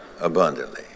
abundantly